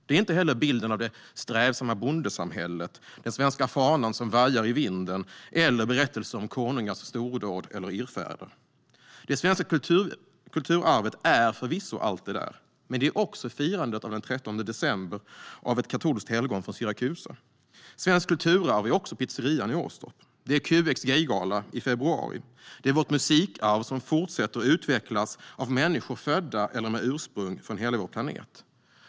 Det är inte heller bilden av det strävsamma bondesamhället, den svenska fanan som vajar i vinden eller berättelser om konungars stordåd eller irrfärder. Det svenska kulturarvet är förvisso allt det där, men det är också firandet den 13 december av ett katolskt helgon från Syrakusa. Svenskt kulturarv är även pizzerian i Åstorp. Det är QX Gaygala i februari. Det är vårt musikarv som fortsätter att utvecklas av människor födda på - eller med ursprung i - hela vår planet.